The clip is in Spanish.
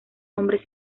hombres